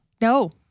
No